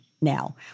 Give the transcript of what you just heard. now